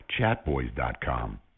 Chatboys.com